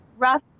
Rough